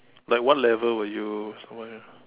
like what level would you somewhere